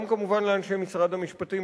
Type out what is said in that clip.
גם כמובן לאנשי משרד המשפטים,